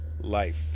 life